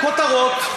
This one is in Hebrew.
כותרות.